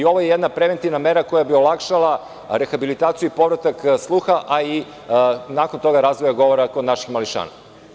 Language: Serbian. Ovo je jedna preventivna mera koja bi olakšala rehabilitaciju i povratak sluha, a nakon toga i razvoja govora kod naših mališana.